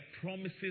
promises